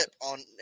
on